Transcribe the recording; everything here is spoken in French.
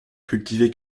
cultivé